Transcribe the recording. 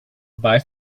bye